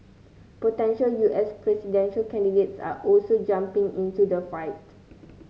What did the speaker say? potential U S presidential candidates are also jumping into the fight